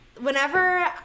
whenever